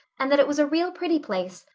and that it was a real pretty place,